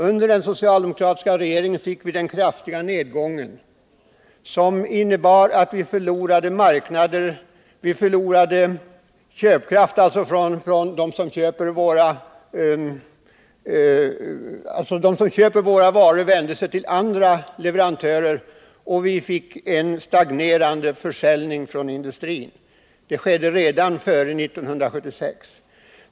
Under den socialdemokratiska regeringens tid fick vi den kraftiga nedgång som innebar att vi förlorade marknader genom att köparna på världsmarknaden vände sig till andra leverantörer, och vi fick en stagnerande industriförsäljning. Detta skedde redan före 1976.